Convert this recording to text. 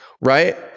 right